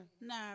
Nah